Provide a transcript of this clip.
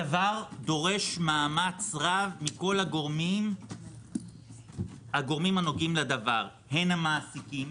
הדבר דורש מאמץ רב מכל הגורמים הנוגעים לדבר - הן המעסיקים,